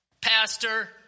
pastor